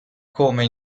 come